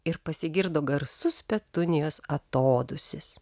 ir pasigirdo garsus petunijos atodūsis